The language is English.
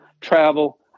travel